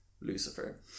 Lucifer